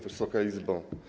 Wysoka Izbo!